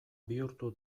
bihurtu